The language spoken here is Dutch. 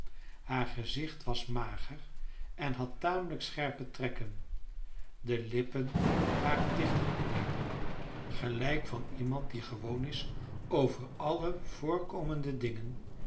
haar gezicht was mager en had tamelijk scherpe trekken de lippen waren dichtgeknepen gelijk van iemand die gewoon is over alle voorkomende dingen